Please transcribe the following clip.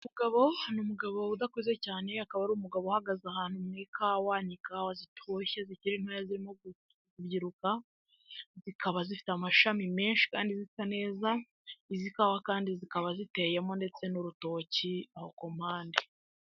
Umugabo hari umugabo udakuze cyane, akaba ari umugabo uhagaze ahantu mu ikawa, ni ikawa zitoshye zikiri ntoya zirimo kubyiruka, zikaba zifite amashami menshi kandi zisa neza. Izi kawa kandi zikaba ziteyemo ndetse n'urutoki aho ku mpande.